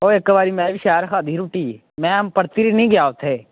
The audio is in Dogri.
ओह् इक बारी में बी शैह्र खाद्धी ही रुट्टी में परतियै निं गेआ उत्थें